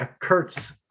Kurtz